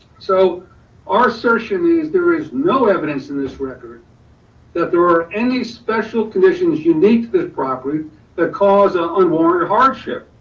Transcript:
so our assertion is there is no evidence in this record that there are any special conditions unique to the property that caused a unwarranted hardship.